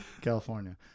California